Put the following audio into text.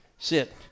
Sit